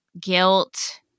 guilt